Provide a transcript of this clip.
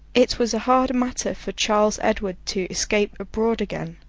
it was a hard matter for charles edward to escape abroad again,